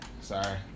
sorry